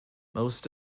most